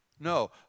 No